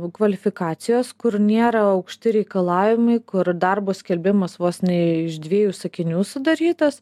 kvalifikacijos kur nėra aukšti reikalavimai kur darbo skelbimas vos ne iš dviejų sakinių sudarytas